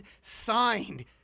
signed